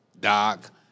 Doc